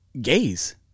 gays